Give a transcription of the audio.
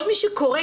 כל מי שקורא,